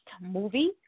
Movie